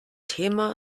thema